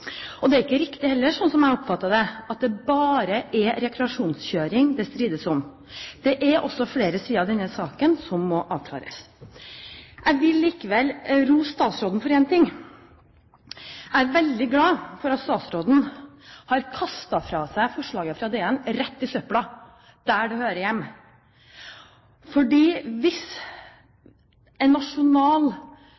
Og det er ikke riktig heller – slik jeg oppfatter det – at det bare er rekreasjonskjøring det strides om. Det er også flere sider ved denne saken som må avklares. Jeg vil likevel rose statsråden for én ting: Jeg er veldig glad for at statsråden har kastet fra seg forslaget fra DN rett i søpla der det hører hjemme. For hvis